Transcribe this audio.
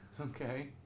Okay